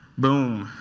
boom.